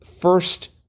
first